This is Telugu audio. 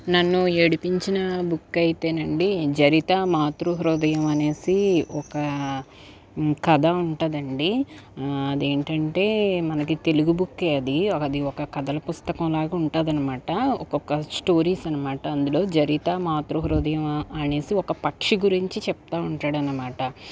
నన్ను ఏడిపించిన బుక్ అయితే అండీ జరిత మాతృ హృదయం అనేసి ఒక కథ ఉంటుందండి అది ఏంటంటే మనకి తెలుగు బుక్ఏ అది ఒక కథల పుస్తకం లాగా ఉంటుంది అనమాట ఒక్కొక్క స్టోరీస్ అనమాట అందులో జరిత మాతృ హృదయం అనేసి ఒక పక్షి గురించి చెప్తా ఉంటాడన్నమాట